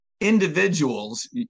individuals